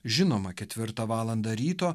žinoma ketvirtą valandą ryto